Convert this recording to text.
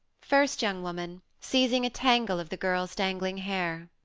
first young woman, seizing a tangle of the girl's dangling hair.